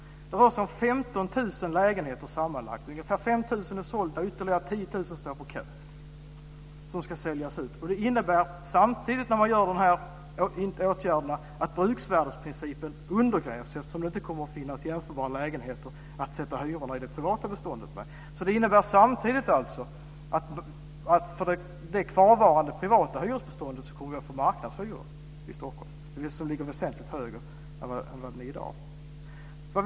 Det rör sig om sammanlagt 15 000 lägenheter. Ungefär 5 000 är sålda, och ytterligare 10 000 står på kö för att säljas ut. Det innebär att samtidigt som dessa åtgärder genomförs undergrävs bruksvärdesprincipen eftersom det inte kommer att finnas jämförbara lägenheter att sätta hyrorna i det privata beståndet med. Det innebär samtidigt att för det kvarvarande privata hyresbeståndet i Stockholm kommer det att bli marknadshyror, dvs. väsentligt högre än i dag.